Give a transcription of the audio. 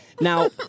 Now